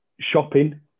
shopping